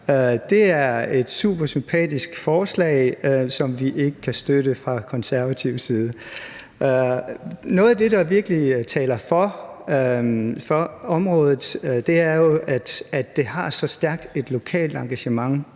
Det er et super sympatisk forslag, men vi kan ikke støtte det fra Konservatives side. Noget af det, der virkelig taler for det område, er jo, at det har så stærkt et lokalt engagement,